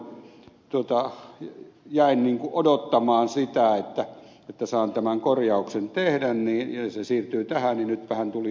tuolloin jäin odottamaan sitä että saan tämän korjauksen tehdä ja se siirtyi tähän niin nytpähän tuli